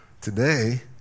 Today